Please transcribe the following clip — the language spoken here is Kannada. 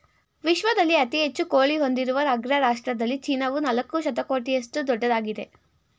ವಿಶ್ವದಲ್ಲಿ ಅತಿ ಹೆಚ್ಚು ಕೋಳಿ ಹೊಂದಿರುವ ಅಗ್ರ ರಾಷ್ಟ್ರದಲ್ಲಿ ಚೀನಾವು ನಾಲ್ಕು ಶತಕೋಟಿಯಷ್ಟು ದೊಡ್ಡದಾಗಿದೆ